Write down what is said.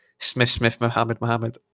Smith-Smith-Mohammed-Mohammed